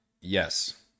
yes